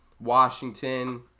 Washington